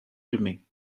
lidmi